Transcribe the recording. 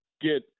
get